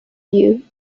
you